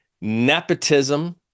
nepotism